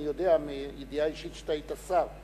אני יודע מידיעה אישית שאתה היית שר.